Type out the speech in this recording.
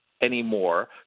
anymore